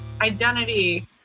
identity